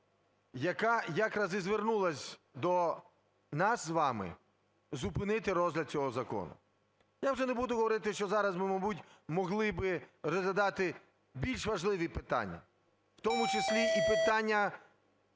яка якраз і звернулася до нас з вами зупинити розгляд цього закону. Я вже не буду говорити, що зараз ми, мабуть, могли би розглядати більш важливі питання, у тому числі і питання